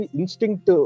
instinct